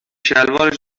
شلوارش